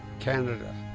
canada,